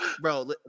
bro